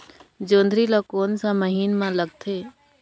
जोंदरी ला कोन सा महीन मां लगथे?